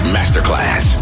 Masterclass